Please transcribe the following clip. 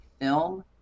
Film